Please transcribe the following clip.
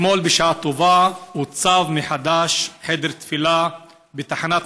אתמול בשעה טובה הוצב מחדש חדר תפילה בתחנת